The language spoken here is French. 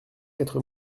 quatre